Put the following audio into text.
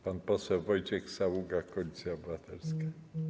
Pan poseł Wojciech Saługa, Koalicja Obywatelska.